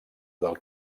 del